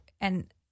and-